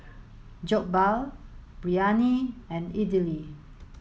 Jokbal Biryani and Idili